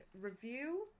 review